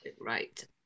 right